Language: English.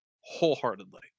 wholeheartedly